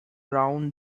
round